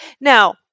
Now